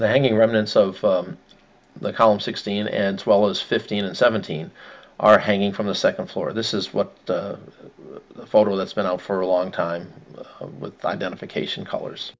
the hanging remnants of the columns sixteen and swallows fifteen and seventeen are hanging from the second floor this is what the photo that's been out for a long time with identification colors